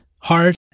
hard